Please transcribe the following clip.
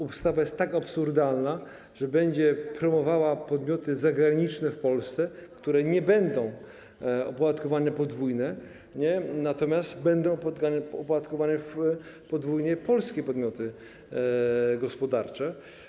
Ustawa jest tak absurdalna, że będzie promowała podmioty zagraniczne w Polsce, które nie będą opodatkowane podwójnie, natomiast będą opodatkowane podwójnie polskie podmioty gospodarcze.